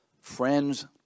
friends